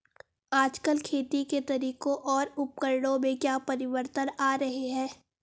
आजकल खेती के तरीकों और उपकरणों में क्या परिवर्तन आ रहें हैं?